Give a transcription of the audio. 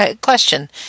Question